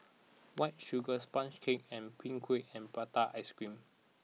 White Sugar Sponge Cake and Png Kueh and Prata Ice Cream